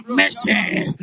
missions